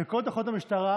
בכל תחנות המשטרה,